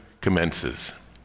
commences